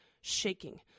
shaking